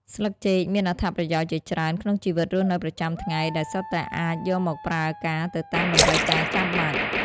ស្លឹកចេកមានអត្ថប្រយោជន៍ជាច្រើនក្នុងជីវិតរស់នៅប្រចាំថ្ងៃ ដែលសុទ្ធតែអាចយកមកប្រើការទៅតាមតម្រូវការចាំបាច់។